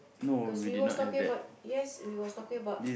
cause we was talking about yes we was talking about